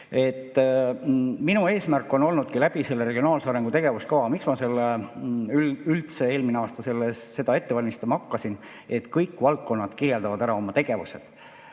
Minu eesmärk on olnudki läbi selle regionaalse arengu tegevuskava. Miks ma seda üldse eelmisel aastal ette valmistama hakkasin? Selleks, et kõik valdkonnad kirjeldaksid ära oma tegevused.